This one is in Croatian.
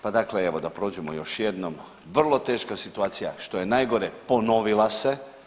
Pa dakle evo, da prođemo još jednom vrlo teška situacija, što je najgore ponovila se.